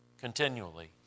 continually